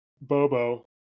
Bobo